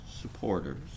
supporters